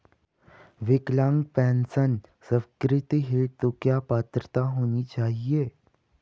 विकलांग पेंशन स्वीकृति हेतु क्या पात्रता होनी चाहिये?